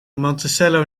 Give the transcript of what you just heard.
monticello